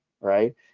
right